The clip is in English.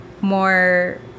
more